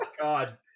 God